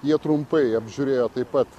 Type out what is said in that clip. jie trumpai apžiūrėjo taip pat